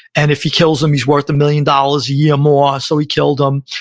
and if he kills him he's worth a million dollars a year more, so he killed him.